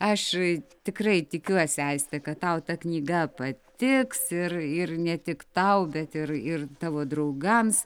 aš tikrai tikiuosi aiste kad tau ta knyga patiks ir ir ne tik tau bet ir ir tavo draugams